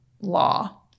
law